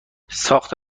ساخت